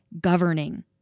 governing